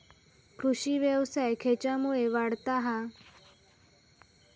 कृषीव्यवसाय खेच्यामुळे वाढता हा?